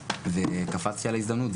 וקפצתי על ההזדמנות.